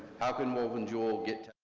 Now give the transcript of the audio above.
how can wolven jewell get